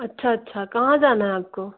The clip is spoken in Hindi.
अच्छा अच्छा कहाँ जाना है आपको